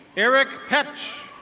erick petch.